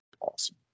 awesome